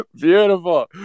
beautiful